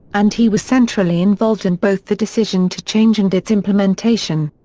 and he was centrally involved in both the decision to change and its implementation.